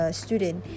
student